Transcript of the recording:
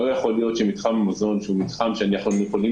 לא יכול להיות שמתחם המזון שהוא מתחם שיכולים